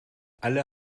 alle